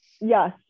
yes